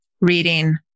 reading